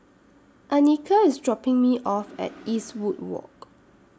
Anika IS dropping Me off At Eastwood Walk